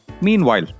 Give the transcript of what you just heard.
Meanwhile